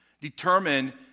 determine